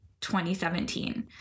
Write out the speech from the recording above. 2017